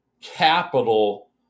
capital